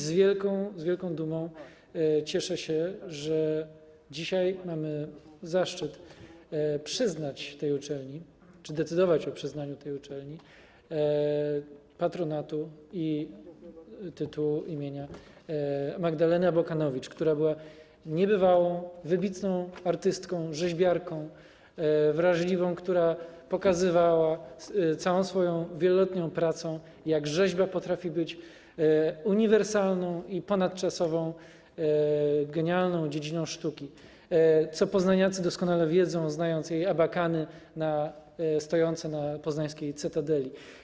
Z wielką, wielką dumą cieszę się, że dzisiaj mamy zaszczyt przyznać tej uczelni - czy decydować o przyznaniu tej uczelni - patronat, tytuł, imię Magdaleny Abakanowicz, która była niebywałą, wybitną, wrażliwą artystką, rzeźbiarką, która pokazywała całą swoją wieloletnią pracą, jak rzeźba potrafi być uniwersalną i ponadczasową genialną dziedziną sztuki, co poznaniacy doskonale wiedzą, znając jej abakany stojące na poznańskiej Cytadeli.